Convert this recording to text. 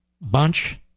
bunch